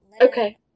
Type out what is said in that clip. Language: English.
Okay